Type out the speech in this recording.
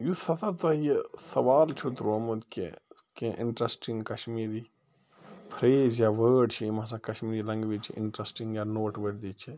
یُس ہسا تۄہہِ یہِ سَوال چھُو ترٛومُت کہِ کیٚنٛہہ اِنٹرٛسٹِنٛگ کشمیٖری پھرٛیز یا وٲرڈ چھِ یِم ہسا کشمیٖری لنٛگویج چھِ اِنٹرٛسٹِنٛگ یا نوٹ ؤردی چھِ